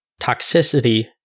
toxicity